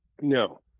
No